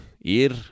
Ir